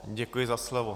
Děkuji za slovo.